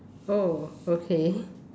oh okay